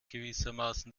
gewissermaßen